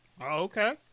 Okay